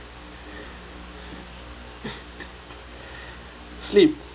sleep